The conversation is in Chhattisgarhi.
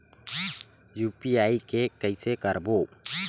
यू.पी.आई के कइसे करबो?